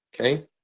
Okay